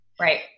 right